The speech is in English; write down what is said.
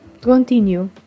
continue